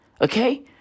Okay